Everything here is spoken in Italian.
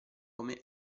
come